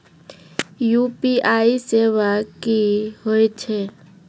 UPI सेवा की होय छै?